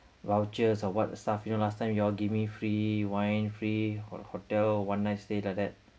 vouchers or what stuff you know last time you all give me free wine free ho~ hotel one night stay like that